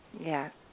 Yes